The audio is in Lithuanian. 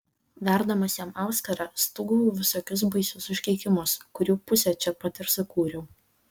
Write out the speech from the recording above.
verdamas jam auskarą stūgavau visokius baisius užkeikimus kurių pusę čia pat ir sukūriau